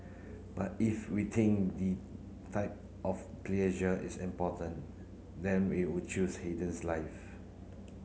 but if we think the type of pleasure is important then we would choose Haydn's life